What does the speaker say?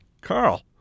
Carl